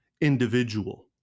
individual